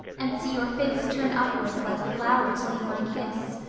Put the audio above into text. and see your face turn upwards like a flower to meet my kiss.